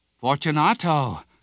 Fortunato